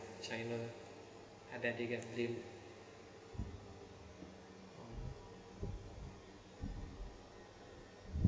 china and then they get blamed